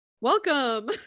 Welcome